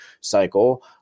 cycle